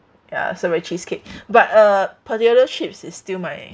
ya strawberry cheesecake but uh potato chips is still my